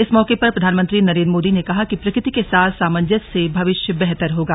इस मौके पर प्रधानमंत्री नरेंद्र मोदी ने कहा कि प्रकृति के साथ सामंजस्य से भविष्य बेहतर होगा